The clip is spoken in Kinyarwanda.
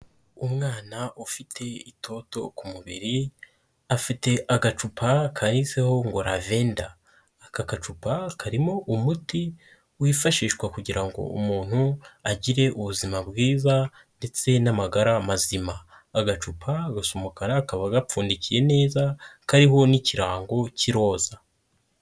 Umwana ufite itoto ku mubiri, afite agacupa kanditseho ngo lavenda, aka gacupa karimo umuti wifashishwa kugira ngo umuntu agire ubuzima bwiza ndetse n'amagara mazima, agacupa gasa umukara kaba gapfundikiye neza kariho n'ikirango cy'iroza.